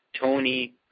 Tony